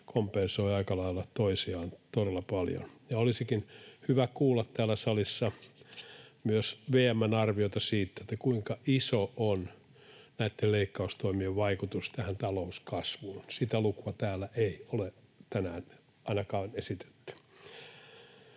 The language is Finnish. kompensoivat aika lailla toisiaan todella paljon. Olisikin hyvä kuulla täällä salissa myös VM:n arviota siitä, kuinka iso on näitten leikkaustoimien vaikutus talouskasvuun. Sitä lukua täällä ei ole tänään ainakaan esitetty.